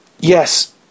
yes